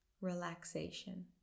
relaxation